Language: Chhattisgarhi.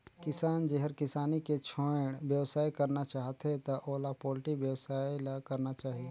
किसान जेहर किसानी के छोयड़ बेवसाय करना चाहथे त ओला पोल्टी बेवसाय ल करना चाही